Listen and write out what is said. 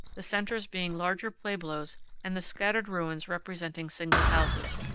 the centers being larger pueblos and the scattered ruins representing single houses.